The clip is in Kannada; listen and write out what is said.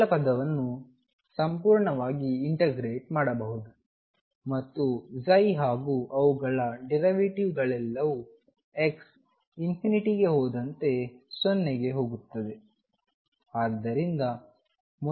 ಮೊದಲ ಪದವನ್ನು ಸಂಪೂರ್ಣವಾಗಿ ಇಂಟಗ್ರೇಟ್ ಮಾಡಬಹುದು ಮತ್ತು ಹಾಗೂ ಅವುಗಳ ಡಿರೈವೆಟಿವ್ಗಳೆಲ್ಲವೂ x ಗೆ ಹೋದಂತೆ 0 ಗೆ ಹೋಗುತ್ತದೆ